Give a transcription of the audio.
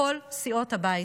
כל סיעות הבית,